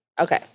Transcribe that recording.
Okay